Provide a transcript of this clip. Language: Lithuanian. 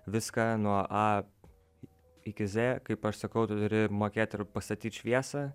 viską nuo a iki z kaip aš sakau turi mokėt ir pastatyt šviesą